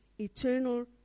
eternal